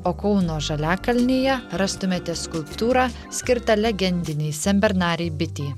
o kauno žaliakalnyje rastumėte skulptūrą skirtą legendinei senbernarei bitei